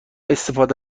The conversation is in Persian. استفاده